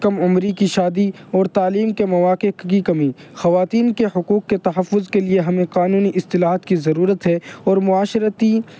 کم عمری کی شادی اور تعلیم کے مواقع کی کمی خواتین کے حقوق کے تحفظ کے لیے ہمیں قانونی اصطلاحات کی ضرورت ہے اور معاشرتی